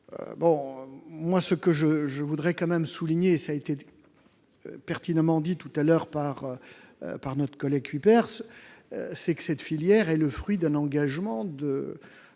Ce que je voudrais souligner- cela a été dit pertinemment tout à l'heure par notre collègue Cuypers -, c'est que cette filière est le fruit d'un engagement de